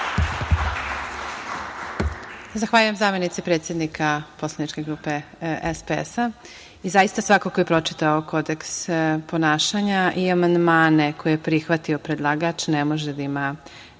Zahvaljujem, zamenice predsednika poslaničke grupe SPS.Zaista, svako ko je pročitao kodeks ponašanja i amandmane koje je prihvatio predlagač ne može da ima